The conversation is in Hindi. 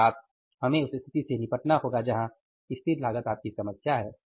अर्थात हमें उस स्थिति से निपटना होगा जहां स्थिर लागत आपकी समस्या है